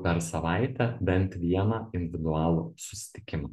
per savaitę bent vieną individualų susitikimą